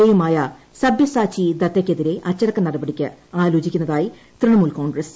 A യുമായ സബ്യസാച്ചി ദത്തയ്ക്കെതിരെ അച്ചടക്ക നടപടിക്ക് ആലോചിക്കുന്നതായി തൃണമൂൽ കോൺഗ്രസ്സ്